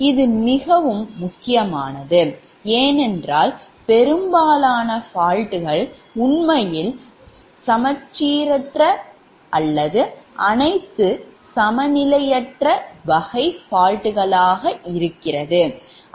இது மிகவும் முக்கியமானது ஏனென்றால் பெரும்பாலான faultகள் உண்மையில் unsymmetrical சமச்சீரற்ற அல்லது அனைத்து unbalanced சமநிலையற்ற வகை fault ஆக இருக்கும்